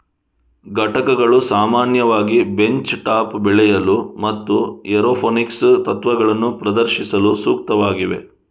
ಘಟಕಗಳು ಸಾಮಾನ್ಯವಾಗಿ bench top ಬೆಳೆಯಲು ಮತ್ತು ಏರೋಪೋನಿಕ್ಸ್ ತತ್ವಗಳನ್ನು ಪ್ರದರ್ಶಿಸಲು ಸೂಕ್ತವಾಗಿವೆ